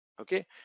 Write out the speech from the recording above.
Okay